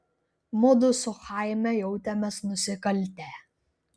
mudu su chaime jautėmės nusikaltę